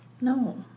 No